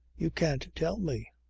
you can't tell me.